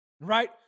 right